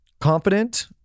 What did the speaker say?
confident